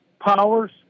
powers